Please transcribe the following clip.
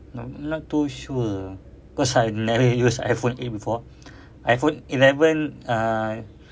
not too sure ah cause I never use iphone eight before iphone eleven ah